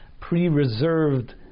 pre-reserved